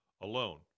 alone